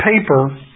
paper